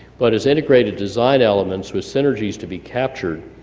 but as integrated design elements with synergies to be captured.